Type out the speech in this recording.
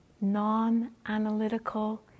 non-analytical